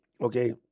okay